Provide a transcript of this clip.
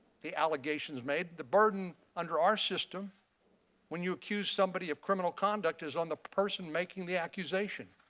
the allegations made. the burden under our system when you accuse somebody of criminal conduct is on the person making the accusation.